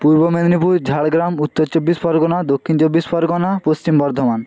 Purba Medinipur Jhargram Uttar Chabbish Pargana Dakshin Chabbish Pargana Paschim Bardhaman